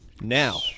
Now